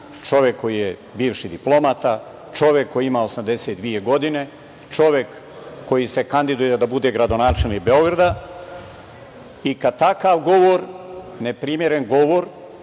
čovek koji je bivši diplomata, čovek koji ima 82 godine, čovek koji se kandiduje da bude gradonačelnik Beograda i kada takav govor, neprimeren govor,